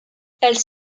elles